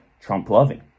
Trump-loving